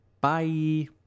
Bye